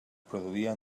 produïa